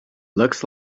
looks